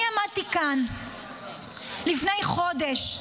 אני עמדתי כאן לפני חודש,